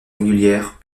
régulière